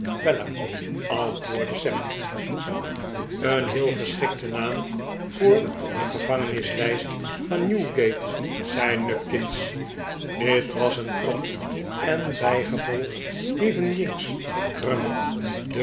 antwoordde sam een heel geschikte naam voor de gevangenislijst van newgate zei nupkins dit was een grap en bijgevolg hie veil jinks grummer dubbley